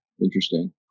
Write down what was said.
Interesting